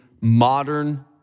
modern